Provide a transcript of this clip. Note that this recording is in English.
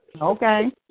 Okay